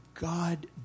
God